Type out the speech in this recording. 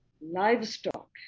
livestock